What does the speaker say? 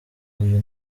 uyu